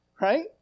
right